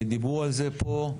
דיברו על זה פה.